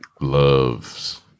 loves